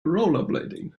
rollerblading